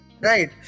Right